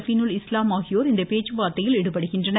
்பீனுல் இஸ்லாம் ஆகியோர் இப்பேச்சுவார்த்தையில் ஈடுபடுகின்றனர்